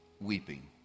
weeping